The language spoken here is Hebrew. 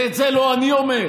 ואת זה לא אני אומר,